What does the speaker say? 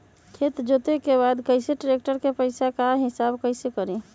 खेत जोते के बाद कैसे ट्रैक्टर के पैसा का हिसाब कैसे करें?